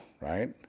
right